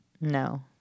No